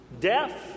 death